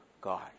God